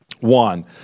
one